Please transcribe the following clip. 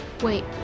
Wait